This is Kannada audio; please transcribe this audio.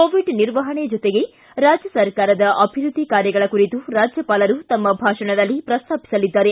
ಕೋವಿಡ್ ನಿರ್ವಹಣೆ ಜೊತೆಗೆ ರಾಜ್ಯ ಸರ್ಕಾರದ ಅಭಿವೃದ್ದಿ ಕಾರ್ಯಗಳ ಕುರಿತು ರಾಜ್ಯಪಾಲರು ತಮ್ಮ ಭಾಷಣದಲ್ಲಿ ಪ್ರಸ್ತಾಪಿಸಲಿದ್ದಾರೆ